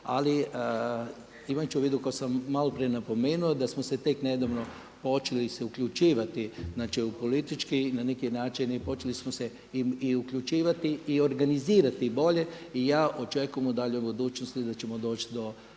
Ali imajući u vidu ono što sam malo prije napomenuo da smo se tek nedavno počeli uključivati u politički način i počeli smo se i uključivati i organizirati bolje i ja očekujem u daljoj budućnosti da ćemo doći do